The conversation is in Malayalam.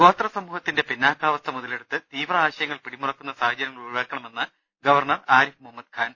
ഗോത്രസമൂഹത്തിന്റെ പിന്നാക്കാവസ്ഥ മുതലെടുത്ത് തീവ്ര ആശയങ്ങൾ പിടി മുറുക്കുന്ന സാഹചര്യങ്ങൾ ഒഴിവാക്കണമെന്ന് ഗവർണർ ആരിഫ് മുഹമ്മദ് ഖാൻ